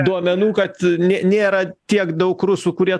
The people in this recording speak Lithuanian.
duomenų kad nė nėra tiek daug rusų kurie